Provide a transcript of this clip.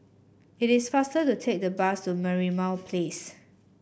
it is faster to take the bus to Merlimau Place